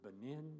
Benin